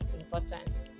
important